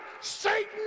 Satan